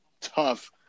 tough